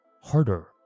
harder